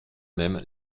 même